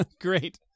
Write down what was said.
great